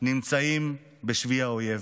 נמצאים בשבי האויב,